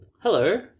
Hello